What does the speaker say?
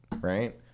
right